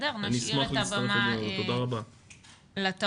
נשאיר את הבמה לתרבות.